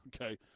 Okay